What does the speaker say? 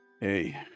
Hey